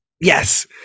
Yes